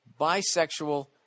bisexual